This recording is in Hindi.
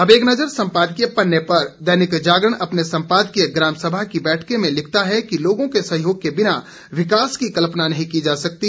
अब एक नज़र संपादकीय पन्ने पर दैनिक जागरण अपने सम्पादकीय ग्राम सभा की बैठकें में लिखता है कि लोगों के सहयोग के बिना विकास की कल्पना नहीं की जा सकती